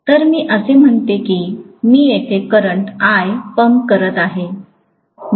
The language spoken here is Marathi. तर मी असे म्हणते की मी येथे करंट i पंप करत आहे